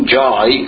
joy